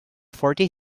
forty